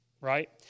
right